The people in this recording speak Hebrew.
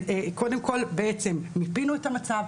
בעצם מיפינו את המצב,